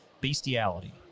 bestiality